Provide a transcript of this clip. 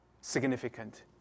significant